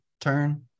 turn